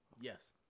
Yes